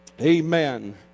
Amen